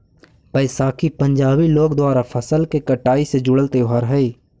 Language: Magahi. बैसाखी पंजाबी लोग द्वारा फसल के कटाई से जुड़ल त्योहार हइ